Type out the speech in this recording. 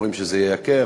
אומרים שזה ייקר,